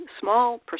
small